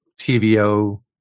TVO